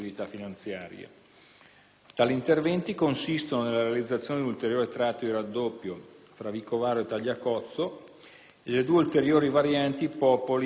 Tali interventi consistono nella realizzazione di un ulteriore tratto di raddoppio fra Vicovaro e Tagliacozzo e delle due ulteriori varianti "Popoli" e "Scafa".